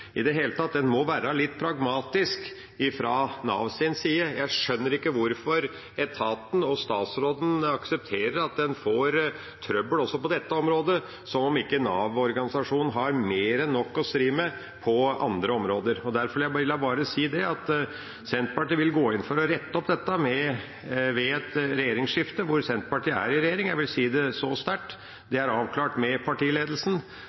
I det hele tatt – en må være litt pragmatisk fra Navs side. Jeg skjønner ikke hvorfor etaten og statsråden aksepterer at man får trøbbel også på dette området, som om ikke Nav-organisasjonen har mer enn nok å stri med på andre områder. Derfor vil jeg bare si at Senterpartiet vil gå inn for å rette opp dette ved et regjeringsskifte hvor Senterpartiet er i regjering – jeg vil si det så sterkt. Det er avklart med partiledelsen,